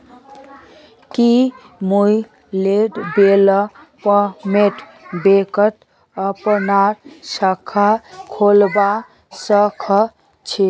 की मुई land development बैंकत अपनार खाता खोलवा स ख छी?